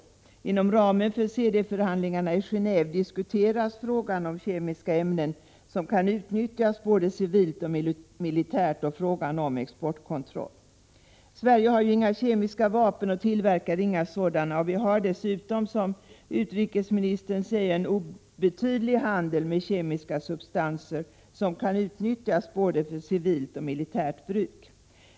Inom ramen för CD-förhandlingarna i Genéve diskuteras frågan om kemiska ämnen som kan utnyttjas både civilt och militärt, liksom frågan om exportkontroll. Sverige har ju inga kemiska vapen och tillverkar inga sådana. Vi har dessutom, som utrikesministern säger, en obetydlig handel med kemiska substanser som kan utnyttjas för både civilt och militärt bruk.